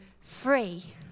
free